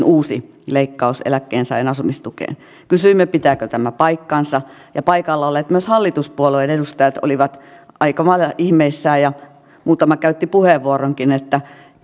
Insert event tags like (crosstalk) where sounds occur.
(unintelligible) uusi leikkaus eläkkeensaajan asumistukeen kysyimme pitääkö tämä paikkansa paikalla olleet myös hallituspuolueiden edustajat olivat aika lailla ihmeissään ja muutama käytti puheenvuoronkin että